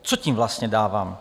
Co tím vlastně dávám?